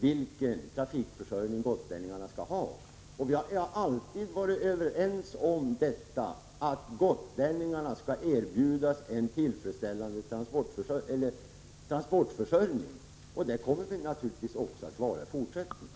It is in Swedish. Vi har alltid varit överens om att gotlänningarna skall erbjudas en tillfredsställande transportförsörjning, och det kommer vi att vara också i fortsättningen.